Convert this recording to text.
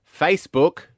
Facebook